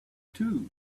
too